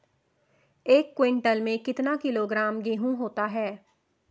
एक क्विंटल में कितना किलोग्राम गेहूँ होता है?